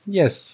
yes